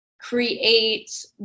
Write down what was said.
create